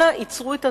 אנא, עצרו את התהליך.